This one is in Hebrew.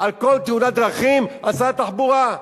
על כל תאונת דרכים על שר התחבורה.